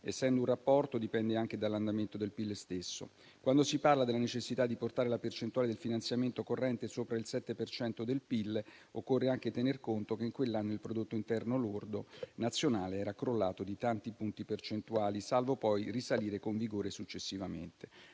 essendo un rapporto, dipende anche dall'andamento del PIL stesso. Quando si parla della necessità di portare la percentuale del finanziamento corrente sopra il 7 per cento del PIL, occorre anche tener conto che in quell'anno il prodotto interno lordo nazionale era crollato di tanti punti percentuali, salvo poi risalire con vigore successivamente.